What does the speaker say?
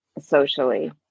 socially